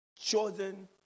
Chosen